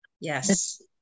Yes